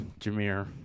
Jameer